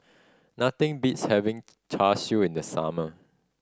nothing beats having Char Siu in the summer